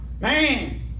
Man